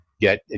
get